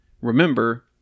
remember